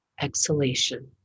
exhalation